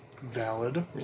Valid